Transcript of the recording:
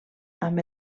amb